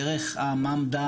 דרך הממד"ה,